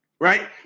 Right